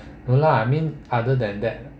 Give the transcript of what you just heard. no lah I mean other than that